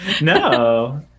No